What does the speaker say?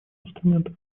инструментов